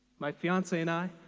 my fiancee and i,